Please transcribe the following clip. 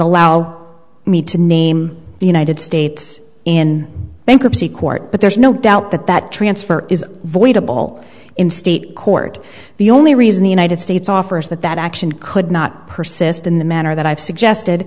allow me to name the united states in bankruptcy court but there's no doubt that that transfer is voidable in state court the only reason the united states offers that that action could not persist in the manner that i've suggested